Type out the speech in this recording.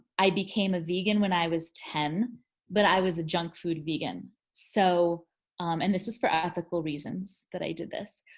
i became a vegan when i was ten but i was a junk food vegan. so and this was for ethical reasons that i did this.